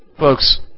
Folks